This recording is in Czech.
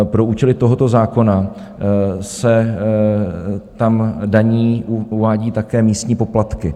Pro účely tohoto zákona se tam daní, uvádí, také místní poplatky.